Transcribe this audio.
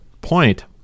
point